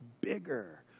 bigger